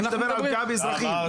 אני מדבר על פגיעה באזרחים.